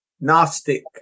Gnostic